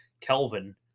Kelvin